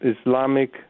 Islamic